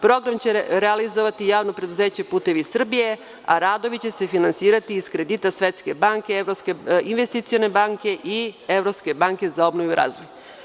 Program će realizovati Javno preduzeće „Putevi Srbije“, a radovi će se finansirati iz kredita Svetske banke, Evropske investicione banke i Evropske banke za obnovu i razvoj.